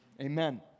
Amen